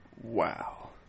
Wow